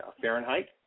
fahrenheit